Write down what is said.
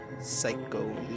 psycho